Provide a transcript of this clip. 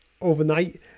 overnight